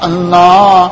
Allah